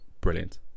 brilliant